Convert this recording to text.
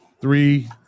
three